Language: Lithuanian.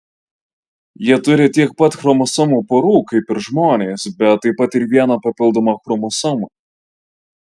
jie turi tiek pat chromosomų porų kaip ir žmonės bet taip pat ir vieną papildomą chromosomą